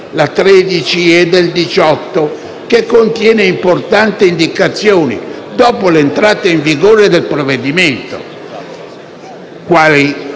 n. 13/E del 2018) che contiene importanti indicazioni dopo l'entrata in vigore del provvedimento.